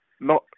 No